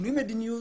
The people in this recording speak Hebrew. בשינוי מדיניות